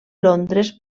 londres